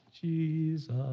Jesus